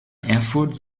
erfurt